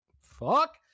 Fuck